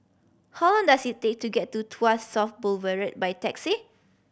how long does it take to get to Tuas South Boulevard by taxi